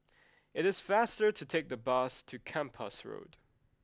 it is faster to take the bus to Kempas Road